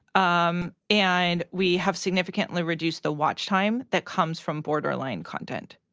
um and we have significantly reduced the watch time that comes from borderline content,